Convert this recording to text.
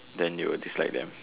then you will dislike them